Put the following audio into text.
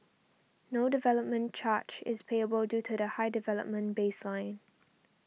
no development charge is payable due to the high development baseline